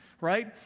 right